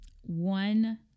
one